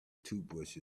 toothbrush